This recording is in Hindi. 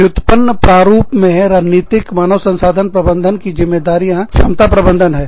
व्युत्पन्न प्रारूप में रणनीतिक मानव संसाधन प्रबंधन की जिम्मेदारियां क्षमता प्रबंधन है